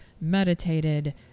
meditated